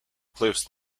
cliffs